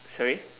sorry